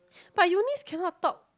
but Eunice cannot talk